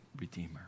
Redeemer